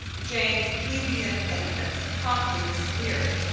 jane's plebeian infants promptly disappeared,